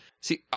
See